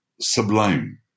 sublime